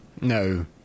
No